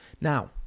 Now